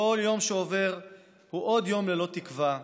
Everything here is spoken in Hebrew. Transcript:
כל יום שעובר הוא עוד יום ללא תקווה,